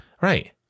Right